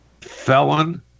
Felon